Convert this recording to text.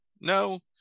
no